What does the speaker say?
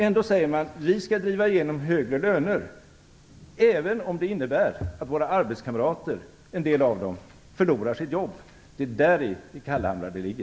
Ändå säger man: Vi skall driva igenom högre löner, även om det innebär att en del av våra arbetskamrater förlorar sina jobb. Däri ligger det kallhamrade.